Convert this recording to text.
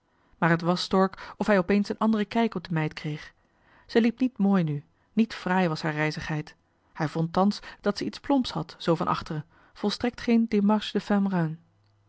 maar het was stork of hij opeens een anderen kijk op de meid kreeg ze liep niet mooi nu niet fraai was haar rijzigheid hij vond thans dat ze iets plomps had zoo van achteren volstrekt geen démarche de